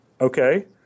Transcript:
okay